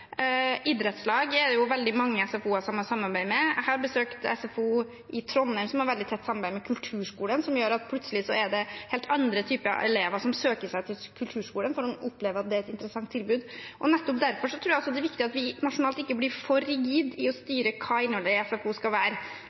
Idrettslag er det veldig mange SFO-er som har samarbeid med. Jeg har besøkt SFO i Trondheim som har et veldig tett samarbeid med kulturskolen, som gjør at plutselig er det helt andre typer elever som søker seg til kulturskolen, fordi de opplever at det er et interessant tilbud. Nettopp derfor tror jeg det også er viktig at vi nasjonalt ikke blir for rigide i å styre hva innholdet i SFO skal være,